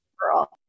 girl